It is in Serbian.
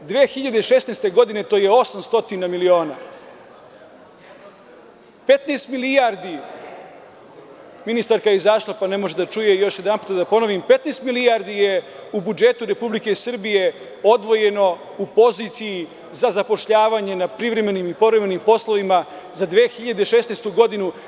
Godine 2016. to je 800 miliona, 15 milijardi, ministarka je izašla pa ne može da čuje, još jednom da ponovim, 15 milijardi je u budžetu Republike Srbije odvojeno u poziciji za zapošljavanje na privremenim i povremenim poslovima za 2016. godinu.